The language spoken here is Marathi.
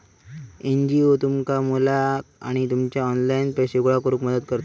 एन.जी.ओ तुमच्या मुलाक आणि तुमका ऑनलाइन पैसे गोळा करूक मदत करतत